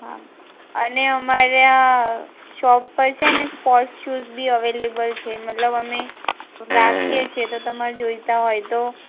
હા અને અમારે આ શોપ પર છે ને સ્પોટ્સ સૂઝ બી અવેલેબલ છે મતલબ અમે રાખીએ છીએ તો તમારે જોઈતા હોય તો